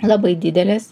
labai didelis